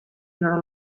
your